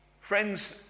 Friends